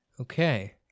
Okay